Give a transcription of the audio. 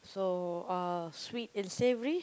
so uh sweet and savory